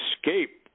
escape